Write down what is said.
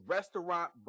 Restaurant